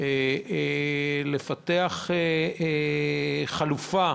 החלטה לפתח חלופה